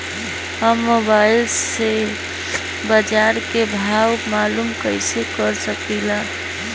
हम मोबाइल से बाजार के भाव मालूम कइसे कर सकीला?